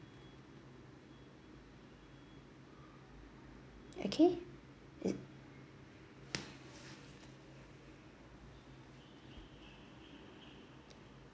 okay is i~